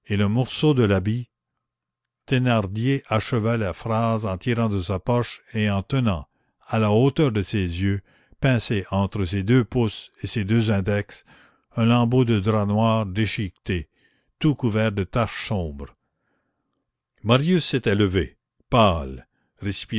et le morceau de l'habit thénardier acheva la phrase en tirant de sa poche et en tenant à la hauteur de ses yeux pincé entre ses deux pouces et ses deux index un lambeau de drap noir déchiqueté tout couvert de taches sombres marius s'était levé pâle